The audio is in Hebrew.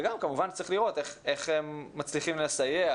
וגם כמובן צריך לראות איך מצליחים לסייע,